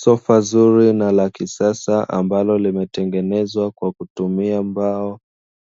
Sofa zuri na la kisasa ambalo limetengenezwa kwa kutumia mbao,